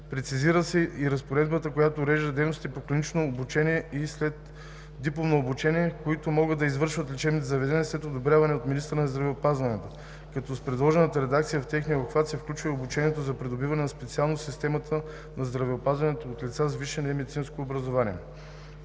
Прецизира се и разпоредбата, която урежда дейностите по клинично обучение и следдипломно обучение, които могат да извършват лечебните заведения след одобряване от министъра на здравеопазването, като с предложената редакция в техния обхват се включва и обучението за придобиване на специалност в системата на здравеопазване от лица с висше немедицинско образование.